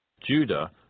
Judah